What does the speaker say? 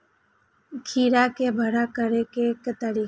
खीरा के बड़ा करे के तरीका?